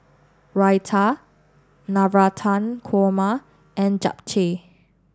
Raita Navratan Korma and Japchae